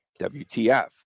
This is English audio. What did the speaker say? WTF